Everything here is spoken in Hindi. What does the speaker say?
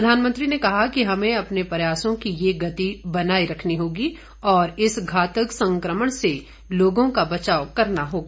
प्रधानमंत्री ने कहा कि हमें अपने प्रयासों की यह गति बनाये रखनी होगी और इस घातक संक्रमण से लोगों का बचाव करना होगा